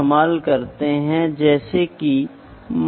सामान्य नियम इन एमपीरीकल संबंधों को करने से है इसलिए सही है